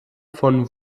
von